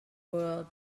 world